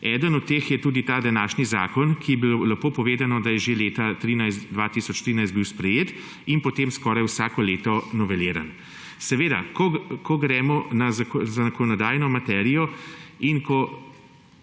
Eden od teh je tudi današnji zakon, ki je bil sprejet že leta 2013 bil in potem skoraj vsako leto noveliran. Ko gremo na zakonodajno materijo in ko